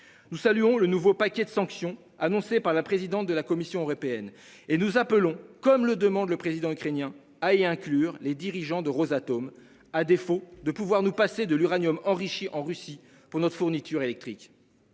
Nous saluons le nouveau paquet de sanctions annoncées par la présidente de la Commission européenne et nous appelons comme le demande le président ukrainien a et inclure les dirigeants de Rosatom à défaut de pouvoir nous passer de l'uranium enrichi en Russie pour notre fourniture électrique.